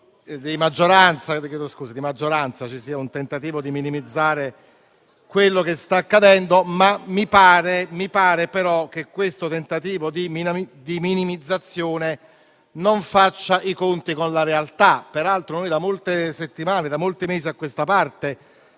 di maggioranza ci sia un tentativo di minimizzare quello che sta accadendo. Mi pare però che questo tentativo di minimizzazione non faccia i conti con la realtà. Peraltro da molte settimane, da molti mesi a questa parte,